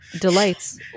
delights